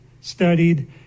studied